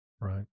Right